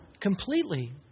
completely